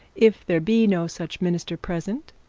if there be no such minister present,